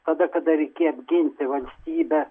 tada kada reikėjo apginti valstybę